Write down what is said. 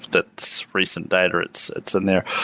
that's recent data that's that's in there.